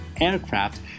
aircraft